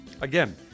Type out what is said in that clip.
Again